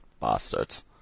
bastards